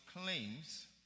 claims